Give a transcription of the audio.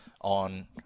on